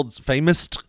famous